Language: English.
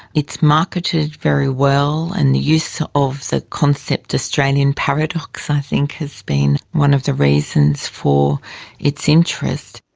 it's marketed very well and the use of the concept australian paradox i think has been one of the reasons for its interest.